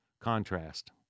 contrast